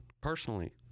personally